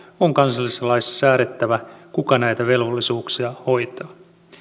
on kansallisessa laissa säädettävä kuka näitä velvollisuuksia hoitaa